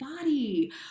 body